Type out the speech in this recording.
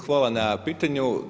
Hvala na pitanju.